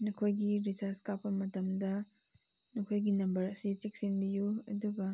ꯅꯈꯣꯏꯒꯤ ꯔꯤꯆꯥꯔꯖ ꯀꯥꯞꯄ ꯃꯇꯝꯗ ꯅꯈꯣꯏꯒꯤ ꯅꯝꯕꯔ ꯑꯁꯤ ꯆꯦꯛꯁꯤꯟꯕꯤꯌꯨ ꯑꯗꯨꯒ